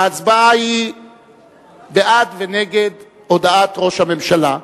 ההצבעה היא בעד ונגד הודעת ראש הממשלה.